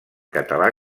català